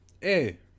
Hey